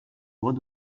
droits